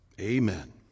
Amen